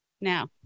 Now